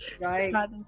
Right